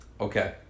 Okay